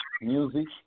music